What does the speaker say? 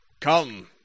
Come